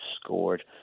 scored